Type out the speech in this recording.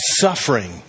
suffering